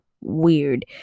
weird